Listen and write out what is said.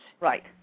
Right